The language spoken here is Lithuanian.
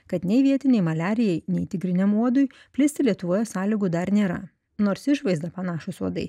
kad nei vietiniai maliarijai nei tigriniam uodui plisti lietuvoje sąlygų dar nėra nors išvaizda panašūs uodai